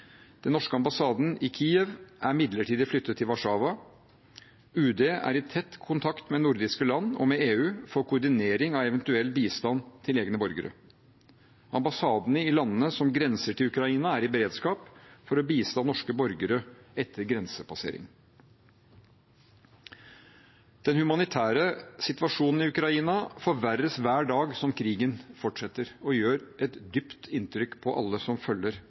Den norske ambassaden i Kyiv er midlertidig flyttet til Warszawa. UD er i tett kontakt med nordiske land og med EU for koordinering av eventuell bistand til egne borgere. Ambassadene i landene som grenser til Ukraina, er i beredskap for å bistå norske borgere etter grensepassering. Den humanitære situasjonen i Ukraina forverres hver dag krigen fortsetter, og det gjør et dypt inntrykk på alle som følger